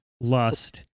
lust